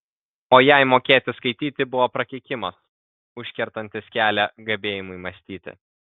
o jai mokėti skaityti buvo prakeikimas užkertantis kelią gebėjimui mąstyti